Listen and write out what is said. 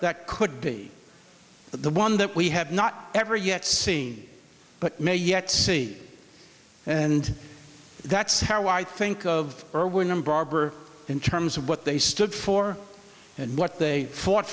that could be the one that we have not ever yet seen but may yet see and that's how i think of erwin and barber in terms of what they stood for and what they fought